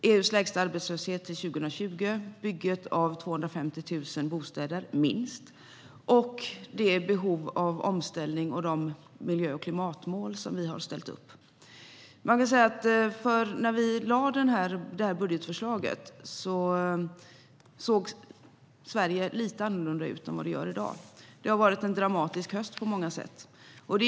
De är EU:s lägsta arbetslöshet till 2020, bygget av minst 250 000 bostäder och att ställa om för att kunna nå de miljö och klimatmål som vi har satt upp. När vi lade fram budgetförslaget såg Sverige lite annorlunda än i dag. Det har varit en dramatisk höst på många sätt.